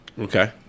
Okay